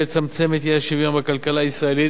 לצמצם את האי-שוויון בכלכלה הישראלית